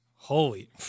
Holy